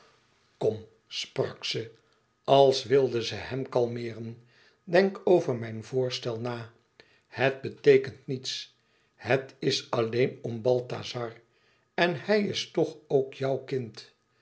kom sprak ze als wilde ze hem kalmeeren denk over mijn voorstel na het beteekent niets het is alleen om balthazar en hij is toch ook jouw kind